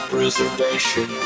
Preservation